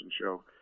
show